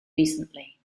recently